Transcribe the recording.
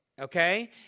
Okay